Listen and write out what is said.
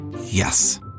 Yes